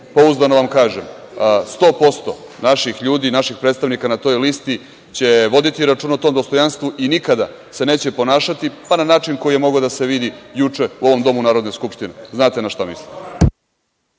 svima. Pouzdano vam kažem, sto posto naših ljudi i naših predstavnika na toj listi će voditi računa o tom dostojanstvu i nikada se neće ponašati, pa na način koji je mogao da se vidi juče u ovom domu Narodne skupštine. Znate na šta mislim.